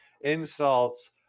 insults